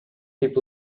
keep